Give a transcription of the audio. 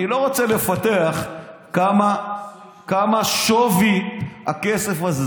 אני לא רוצה לפתח מה שווי הכסף הזה.